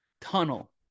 tunnel